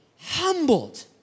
humbled